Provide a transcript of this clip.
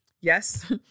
yes